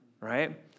right